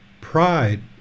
pride